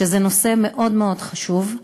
שזה נושא מאוד מאוד חשוב,